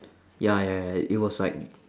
ya ya ya it was like